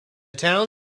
town